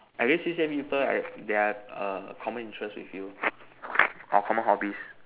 at least C_C_A people I they're err common interest with you or common hobbies